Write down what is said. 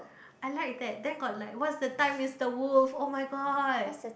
I like that then got like what's the time Mister Wolf oh-my-god